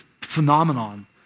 phenomenon